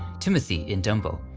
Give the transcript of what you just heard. timothy in dumbo,